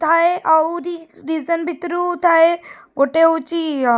ଥାଏ ଆହୁରି ରିଜିନ୍ ଭିତରୁ ଥାଏ ଗୋଟେ ହେଉଛି